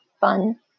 fun